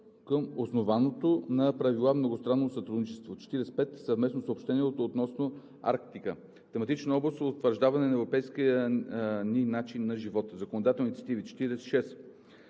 към основаното на правила многостранно сътрудничество. 45. Съвместно съобщение относно Арктика. В тематична област – Утвърждаване на европейския ни начин на живот Законодателни инициативи 46.